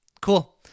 Cool